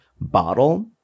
bottle